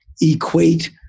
equate